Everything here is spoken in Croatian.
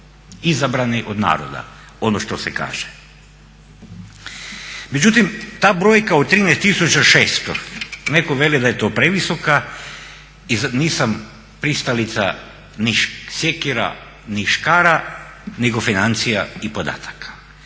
izabranih od naroda, ono što se kaže. Međutim, ta brojka od 13600, netko veli da je to previsoka i nisam pristalica ni sjekira ni škara nego financija i podataka.